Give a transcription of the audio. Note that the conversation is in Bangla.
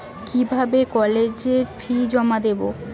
কিভাবে কলেজের ফি জমা দেবো?